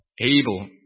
able